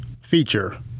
Feature